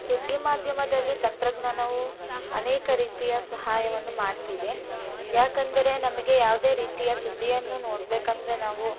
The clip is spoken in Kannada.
ಸುದ್ದಿ ಮಾಧ್ಯಮದಲ್ಲಿ ತಂತ್ರಜ್ಞಾನವು ಅನೇಕ ರೀತಿಯ ಸಹಾಯವನ್ನು ಮಾಡ್ತಿದೆ ಯಾಕಂದರೆ ನಮಗೆ ಯಾವುದೇ ರೀತಿಯ ಸುದ್ದಿಯನ್ನು ನೋಡಬೇಕೆಂದರೆ ನಾವು